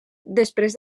després